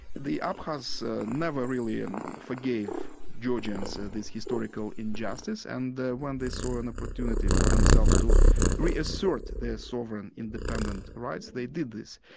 the abkhazs never really and forgave georgians this historical injustice, and when they saw an opportunity for themselves to reassert their sovereign independent rights, they did this.